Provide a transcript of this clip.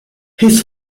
his